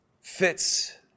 fits